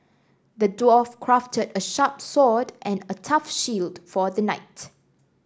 the dwarf crafted a sharp sword and a tough shield for the knight